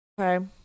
Okay